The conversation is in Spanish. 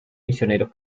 misioneros